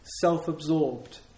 Self-absorbed